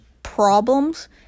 problems